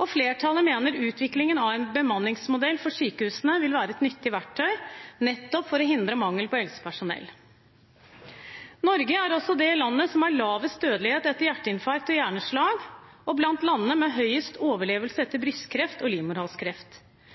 og flertallet mener utvikling av en bemanningsmodell for sykehusene vil være et nyttig verktøy, nettopp for å hindre mangel på helsepersonell. Norge er også det landet som har lavest dødelighet etter hjerteinfarkt og hjerneslag, og er blant landene med høyest overlevelse etter brystkreft og